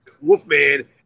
Wolfman